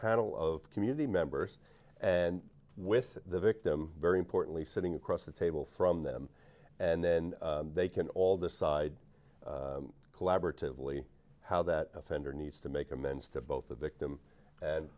panel of community members and with the victim very importantly sitting across the table from them and then they can all decide collaboratively how that offender needs to make amends to both the victim and